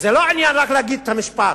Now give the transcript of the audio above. זה לא עניין רק להגיד את המשפט,